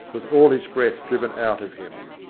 with all his breath driven out of him.